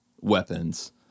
weapons